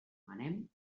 manem